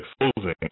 exposing